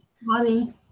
money